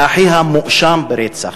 ואחיה מואשם ברצח.